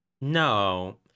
No